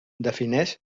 defineix